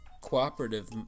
cooperative